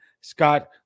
Scott